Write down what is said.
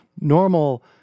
normal